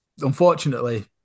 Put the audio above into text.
unfortunately